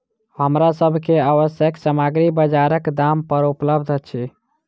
हमरा सभ के आवश्यक सामग्री बजारक दाम पर उपलबध अछि